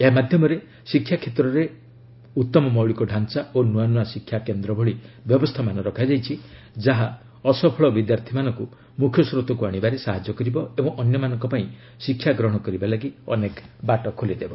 ଏହା ମଧ୍ୟରେ ଶିକ୍ଷା କ୍ଷେତ୍ରରେ ଉତ୍ତମ ମୌଳିକ ଡ଼ାଞ୍ଚା ନୂଆ ନୂଆ ଶିକ୍ଷା କେନ୍ଦ୍ର ଭଳି ବ୍ୟବସ୍ଥାମାନ ରଖାଯାଇଛି ଯାହା ଅସଫଳ ବିଦ୍ୟାର୍ଥୀମାନଙ୍କୁ ମୁଖ୍ୟସ୍ରୋତକୁ ଆଶିବାରେ ସାହାଯ୍ୟ କରିବ ଓ ଅନ୍ୟମାନଙ୍କ ପାଇଁ ଶିକ୍ଷା ଗ୍ରହଣ କରିବା ଲାଗି ଅନେକ ବାଟ ଖୋଲିବ